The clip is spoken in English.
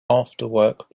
afterwork